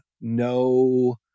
no